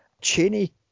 Cheney